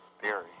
theory